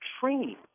training